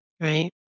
Right